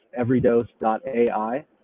everydose.ai